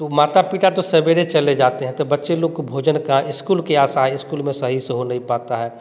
तो माता पिता तो सवेरे चले जाते हैं तो बच्चे लोग को भोजन का स्कूल के आशा स्कूल में सही से हो नहीं पता है